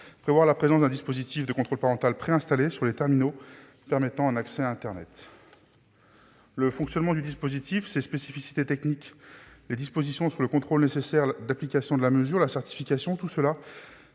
prévoir la présence d'un dispositif de contrôle parental préinstallé sur les terminaux permettant l'accès à internet. Le fonctionnement du dispositif, ses spécificités techniques, le nécessaire contrôle de l'application de la mesure, la certification, tout cela